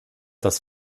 das